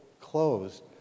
closed